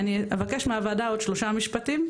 אני אבקש מהוועדה עוד שלושה משפטים.